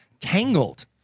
Tangled